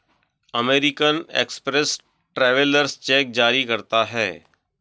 American Express travellers cheque जारी करता है